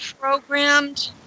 programmed